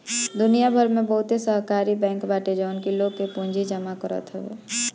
दुनिया भर में बहुते सहकारी बैंक बाटे जवन की लोग के पूंजी जमा करत हवे